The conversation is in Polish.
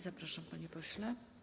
Zapraszam, panie pośle.